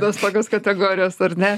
tos tokios kategorijosar ne